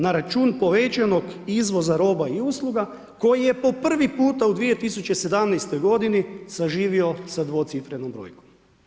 Na račun povećanog izvoza roba i usluga koji je po prvi puta u 2017. godini zaživio sa dvocifrenom brojkom.